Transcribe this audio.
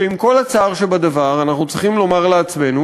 שעם כל הצער שבדבר אנחנו צריכים לומר לעצמנו